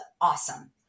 awesome